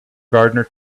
gardener